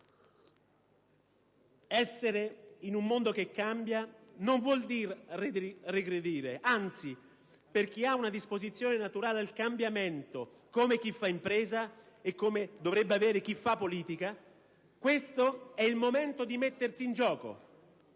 Essere in un mondo che cambia non vuol dire regredire: anzi, per chi ha una disposizione naturale al cambiamento, come chi fa impresa e come dovrebbe avere chi fa politica, questo è il momento di mettersi in gioco.